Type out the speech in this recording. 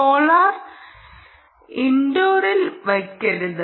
solar ഇൻഡോറിൽ വെയ്ക്കരുത്